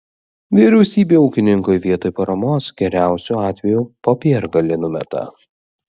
vyriausybė ūkininkui vietoj paramos geriausiu atveju popiergalį numeta